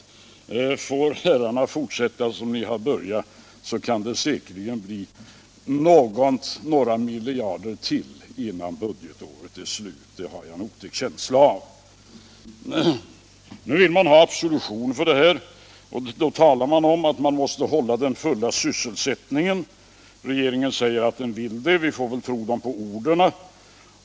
Får herrarna fortsätta som ni har börjat, så kan det säkerligen bli några miljarder till innan budgetåret är slut, det har jag en otäck känsla av. Nu vill man ha absolution för det här, och då talar man om att man måste uppehålla den fulla sysselsättningen. Regeringen säger att den vill det, och vi får väl tro den på orden.